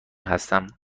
هستم